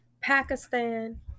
pakistan